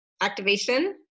activation